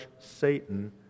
Satan